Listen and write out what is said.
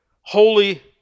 holy